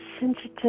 sensitive